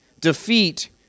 defeat